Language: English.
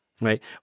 right